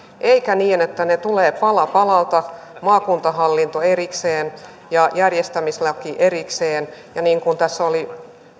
eikä niin että ne tulevat pala palalta maakuntahallinto erikseen ja järjestämislaki erikseen ja niin kuin tässä oli